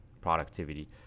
productivity